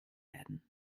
werden